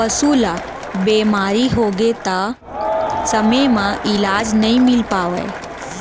पसु ल बेमारी होगे त समे म इलाज नइ मिल पावय